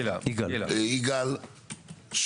יגאל,